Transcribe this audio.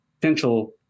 potential